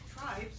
tribes